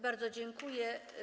Bardzo dziękuję.